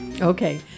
Okay